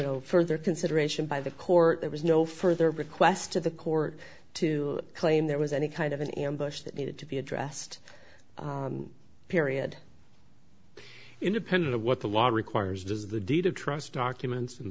know further consideration by the court there was no further request of the court to claim there was any kind of an ambush that needed to be addressed period independent of what the law requires does the deed of trust documents